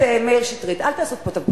אנחנו